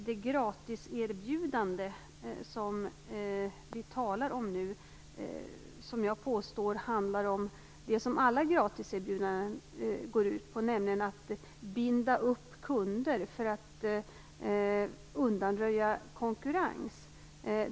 Det gratiserbjudande som vi talar om påstår jag handlar om det som alla gratiserbjudanden går ut på, nämligen att binda upp kunder för att undanröja konkurrens.